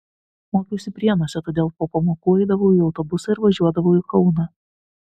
mokiausi prienuose todėl po pamokų eidavau į autobusą ir važiuodavau į kauną